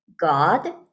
god